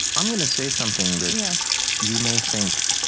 i'm going to say something that yeah you may think